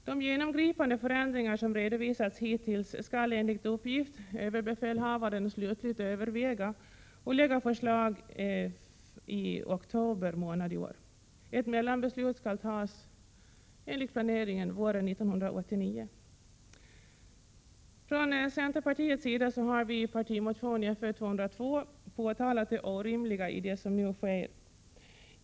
De genomgripande förändringar som redovisats hittills skall enligt uppgift överbefälhavaren slutgiltigt överväga och lägga fram förslag i oktober månad i år. Ett mellanbeslut skall fattas våren 1989, enligt planeringen. Från centerpartiets sida har vi i partimotion Fö202 påtalat det orimliga i det som nu sker.